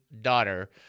daughter